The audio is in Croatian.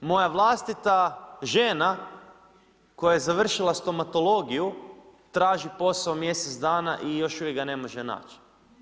Danas moja vlastita žena koja je završila stomatologiju traži posao mjesec dana i još uvijek ga ne može naći.